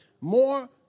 More